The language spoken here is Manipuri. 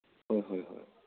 ꯍꯣꯏ ꯍꯣꯏ ꯍꯣꯏ